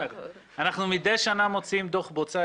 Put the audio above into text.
מדי שנה אנחנו מוציאים דוח בוצה.